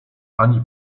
ani